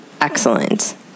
excellent